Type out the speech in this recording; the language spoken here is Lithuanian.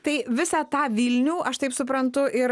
tai visą tą vilnių aš taip suprantu ir